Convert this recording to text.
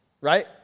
right